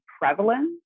prevalence